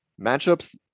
Matchups